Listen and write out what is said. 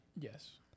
Yes